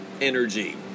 energy